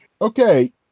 Okay